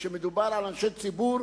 כשמדובר על אנשי ציבור,